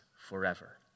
forever